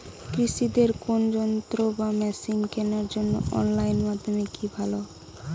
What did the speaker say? কৃষিদের কোন যন্ত্র বা মেশিন কেনার জন্য অনলাইন মাধ্যম কি ভালো?